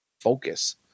focus